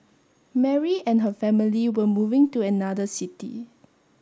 Mary and her family were moving to another city